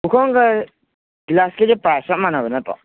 ꯄꯨꯈꯝꯒ ꯒꯤꯂꯥꯁꯀꯁꯦ ꯄ꯭ꯔꯥꯁ ꯆꯞ ꯃꯥꯟꯅꯕ ꯅꯠꯇ꯭ꯔꯣ